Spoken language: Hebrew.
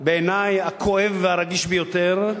בעיני, הכואב והרגיש ביותר,